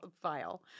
file